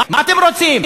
מה אתם רוצים?